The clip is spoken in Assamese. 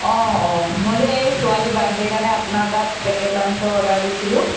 অঁ অঁ মই যে এই ছোৱালীৰ বাৰ্থডেৰ কাৰণে আপোনাৰ তাত পেকেট লাঞ্চৰ অৰ্ডাৰ দিছিলোঁ